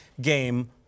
game